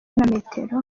metero